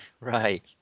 Right